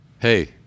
Hey